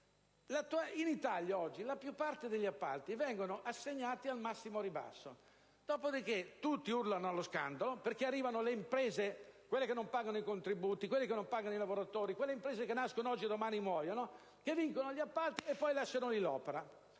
in Italia, la maggior parte degli appalti viene assegnata al massimo ribasso. Dopodiché, tutti urlano allo scandalo perché arrivano imprese, (quelle che non pagano i contributi, che non pagano i lavoratori, quelle che oggi nascono e domani muoiono) che vincono gli appalti e poi lasciano incompiuta